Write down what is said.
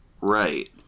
Right